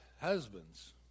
Husbands